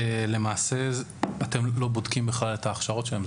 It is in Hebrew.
למעשה, אתם לא בודקים בכלל את ההכשרות שלהם.